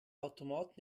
automat